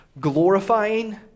glorifying